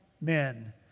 men